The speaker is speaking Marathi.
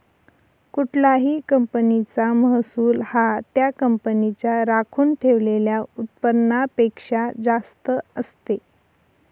कुठल्याही कंपनीचा महसूल हा त्या कंपनीच्या राखून ठेवलेल्या उत्पन्नापेक्षा जास्त असते